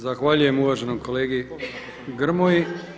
Zahvaljujem uvaženom kolegi Grmoji.